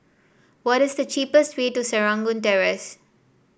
what is the cheapest way to Serangoon Terrace